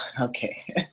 Okay